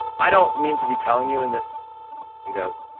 i don't mean to be telling you in this you know,